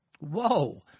Whoa